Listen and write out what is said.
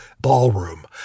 ballroom